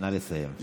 נא לסיים.